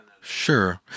Sure